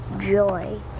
joy